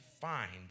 find